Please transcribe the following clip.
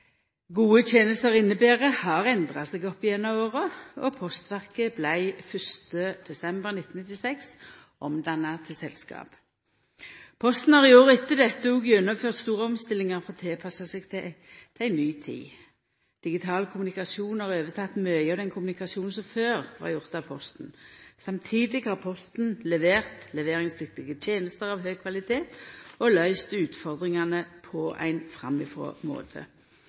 gode tenester inneber, har endra seg opp gjennom åra, og Postverket vart 1. desember 1996 omdanna til selskap. Posten har i åra etter dette òg gjennomført store omstillingar for å tilpassa seg ei ny tid. Digital kommunikasjon har overteke mykje av den kommunikasjonen som før vart gjord av Posten. Samtidig har Posten levert leveringspliktige tenester av høg kvalitet og løyst utfordringane på ein framifrå måte.